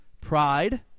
Pride